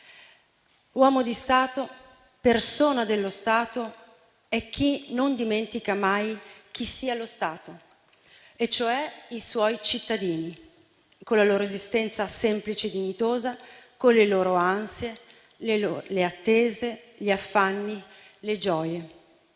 Uomo di Stato, persona dello Stato è chi non dimentica mai chi sia lo Stato, cioè i suoi cittadini, con la loro esistenza semplice e dignitosa, con le loro ansie, le attese, gli affanni, le gioie.